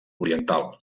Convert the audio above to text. oriental